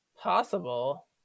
possible